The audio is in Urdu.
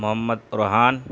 محمد پرہان